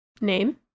Name